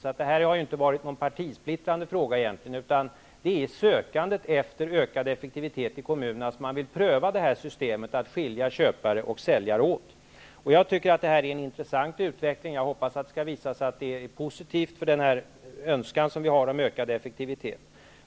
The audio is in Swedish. Det här har egentligen inte varit någon partisplittrande fråga -- det är i sökandet efter ökad effektivitet i kommunerna som man vill pröva det här systemet att skilja köpare och säljare åt. Jag tycker att det är en intressant utveckling. Jag hoppas att det skall visa sig att den är positiv med hänsyn till den önskan som vi har om ökad effektivitet.